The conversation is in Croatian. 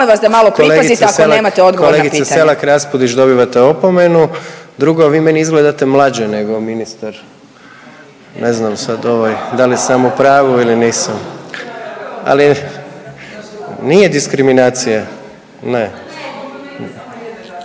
odgovor na pitanje. **Jandroković, Gordan (HDZ)** Kolegice Selak Raspudić dobivate opomenu. Drugo, vi meni izgledate mlađe nego ministar, ne znam sad ovaj da li sam u pravu ili nisam. Ali nije diskriminacija, ne.